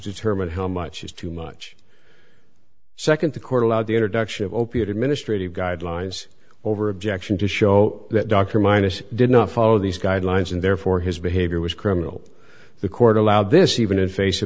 determine how much is too much second the court allowed the introduction of opiate administrative guidelines over objection to show that dr minus did not follow these guidelines and therefore his behavior was criminal the court allowed this even in face